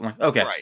Okay